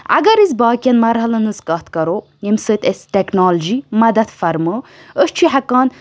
اَگر أسۍ باقیَن مرحلَن ہٕنٛز کَتھ کَرو ییٚمہِ سۭتۍ أسۍ ٹیٚکنالجی مدتھ فرمٲو أسۍ چھِ ہٮ۪کان